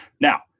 Now